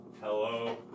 Hello